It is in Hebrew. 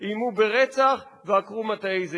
איימו ברצח ועקרו מטעי זיתים.